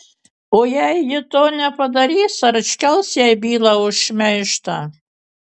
o jei ji to nepadarys ar iškels jai bylą už šmeižtą